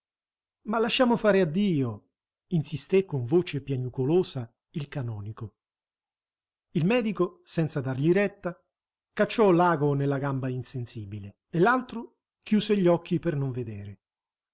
ma lasciamo fare a dio insisté con voce piagnucolosa il canonico il medico senza dargli retta cacciò l'ago nella gamba insensibile e l'altro chiuse gli occhi per non vedere